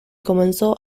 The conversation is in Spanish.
comenzó